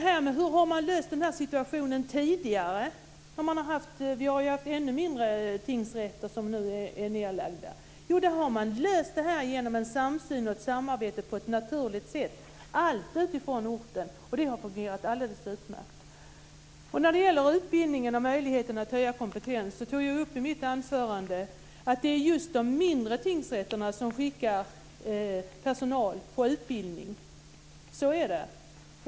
Hur har man löst situationen tidigare då vi hade ännu mindre tingsrätter som nu är nedlagda? Jo, det har man löst genom en samsyn och ett samarbete på ett naturligt sätt, och det har fungerat alldeles utmärkt. När det gäller utbildningen och möjligheten att höja kompetensen tog jag upp i mitt anförande att det just är de mindre tingsrätterna som skickar personal på utbildning. Så är det.